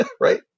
Right